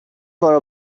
for